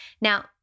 Now